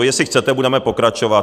Jestli chcete, budeme pokračovat.